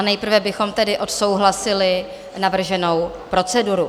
Nejprve bychom tedy odsouhlasili navrženou proceduru.